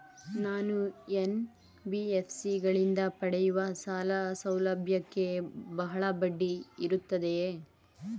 ನಾನು ಎನ್.ಬಿ.ಎಫ್.ಸಿ ಗಳಿಂದ ಪಡೆಯುವ ಸಾಲ ಸೌಲಭ್ಯಕ್ಕೆ ಬಹಳ ಬಡ್ಡಿ ಇರುತ್ತದೆಯೇ?